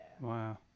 Wow